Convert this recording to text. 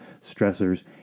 stressors